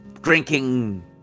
drinking